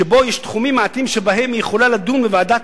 שבו יש תחומים מעטים שבהם היא יכולה לדון בוועדת